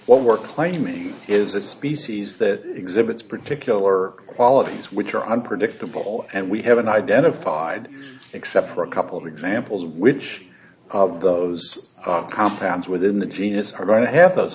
we're claiming is a species that exhibits particular qualities which are unpredictable and we haven't identified except for a couple of examples which of those compounds within the genus are going to ha